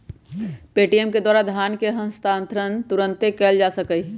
Paytm के द्वारा धन के हस्तांतरण तुरन्ते कएल जा सकैछइ